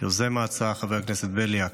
יוזם ההצעה, חבר הכנסת בליאק,